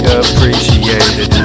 appreciated